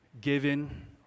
given